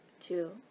two